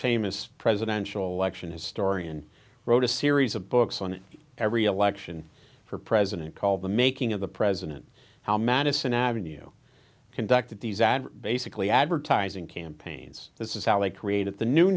famous presidential election his story and wrote a series of books on every election for president called the making of the president how madison avenue conducted these ads basically advertising campaigns this is how they created the new